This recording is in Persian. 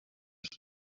شما